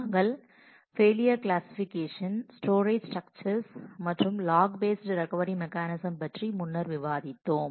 நாங்கள் failure classification storage structures மற்றும் log based recovery mechanism பற்றி முன்னர் விவாதித்தோம்